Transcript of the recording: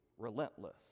relentless